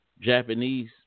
Japanese